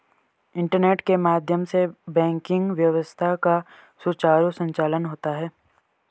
internet के माध्यम से बैंकिंग व्यवस्था का सुचारु संचालन होता है